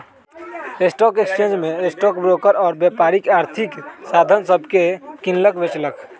stock exchange में stock broker आऽ व्यापारी आर्थिक साधन सभके किनलक बेचलक